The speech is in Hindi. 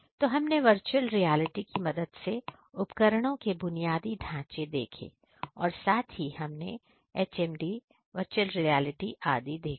तो हमने वर्चुअल रियालिटी की मदद से उपकरणों के बुनियादी ढांचे देखें और साथ ही हमने HMD वर्चुअल रियलिटी आदि देखा